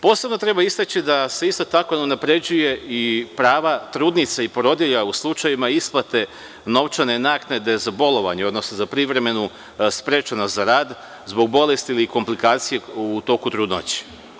Posebno treba istaći da se isto tako unapređuju i prava trudnica i porodilja u slučajevima isplate novčane naknade za bolovanje, odnosno za privremenu sprečenost za rad zbog bolesti ili komplikacije u toku trudnoće.